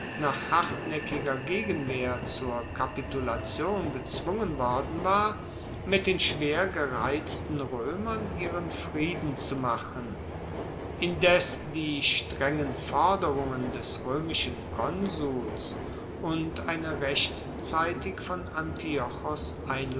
nach hartnaeckiger gegenwehr zur kapitulation gezwungen worden war mit den schwer gereizten roemern ihren frieden zu machen indes die strengen forderungen des roemischen konsuls und eine rechtzeitig von